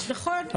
נכון.